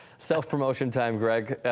self-promotion time greg